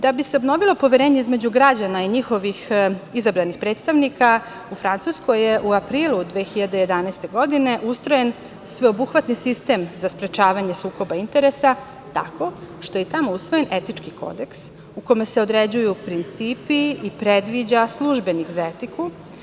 Da bi se obnovilo poverenje između građana i njihovih izabranih predstavnika, u Francuskoj je u aprilu 2011. godine ustrojen sveobuhvatni sistem za sprečavanje sukoba interesa, tako što je tamo usvojen Etički kodeks, u kome se određuju principi i predviđa službenik za etiku.